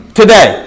today